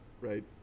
right